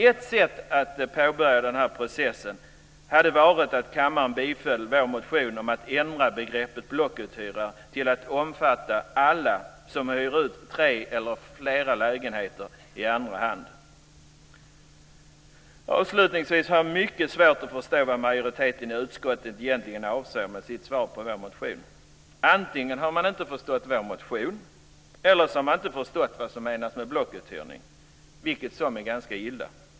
Ett sätt att påbörja den processen hade varit att kammaren biföll vår motion om att ändra begreppet blockuthyrare till att omfatta alla som hyr ut tre eller flera lägenheter i andra hand. Avslutningsvis har jag mycket svårt att förstå vad majoriteten i utskottet egentligen avser med sitt svar på vår motion. Antingen har man inte förstått vår motion eller så har man inte förstått vad som menas med blockuthyrning. I vilket fall som helst är det ganska illa.